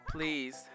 Please